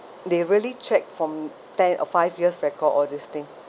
they really check from ten or five years record all this thing